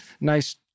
nice